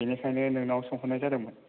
बिनिखाइनो नोंनाव सोंहरनाय जादों मोन